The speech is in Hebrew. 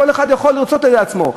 כל אחד יכול לרצות לעצמו,